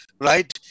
right